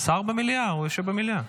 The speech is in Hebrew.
השר במליאה, הוא יושב במליאה.